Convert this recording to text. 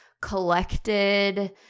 collected